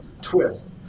twist